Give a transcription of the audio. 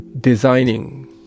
designing